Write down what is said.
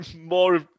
more